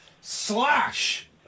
slash